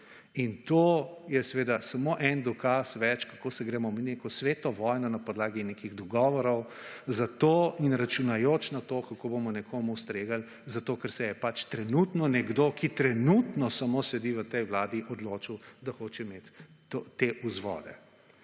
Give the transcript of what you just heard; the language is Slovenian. In to je seveda samo en dokaz več, kako se gremo mi neko sveto vojno na podlagi nekih dogovorov, zato in računajoč na to, kako bomo nekomu stregli, zato ker se je pač trenutno nekdo, ki trenutno samo sedi v tej vladi, odločil, da hoče imeti te vzvode.